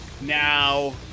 Now